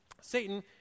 Satan